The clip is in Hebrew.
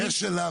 במקרה שלה,